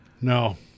No